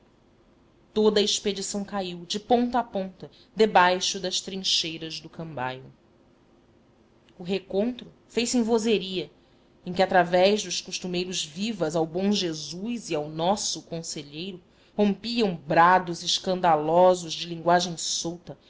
a expedição caiu de ponta a ponta debaixo das trincheiras do cambaio primeiro encontro o recontro fez-se em vozeira em quem através dos costumeiros vivas ao bom jesus e ao nosso conselheiro rompiam brados escandalosos de linguagem solta